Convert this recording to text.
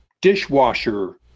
dishwasher